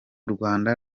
rwanda